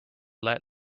let